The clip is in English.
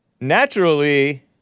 Naturally